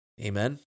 Amen